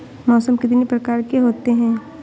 मौसम कितनी प्रकार के होते हैं?